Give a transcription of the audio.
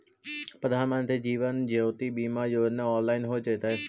प्रधानमंत्री जीवन ज्योति बीमा योजना ऑनलाइन हो जइतइ